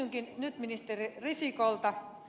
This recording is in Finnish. kysynkin nyt ministeri risikolta